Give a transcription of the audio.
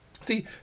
See